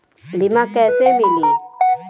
बीमा कैसे मिली?